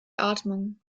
atmung